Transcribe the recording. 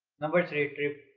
number three, trrip,